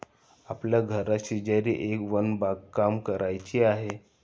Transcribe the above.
आपल्या घराशेजारी एक वन बागकाम करायचे आहे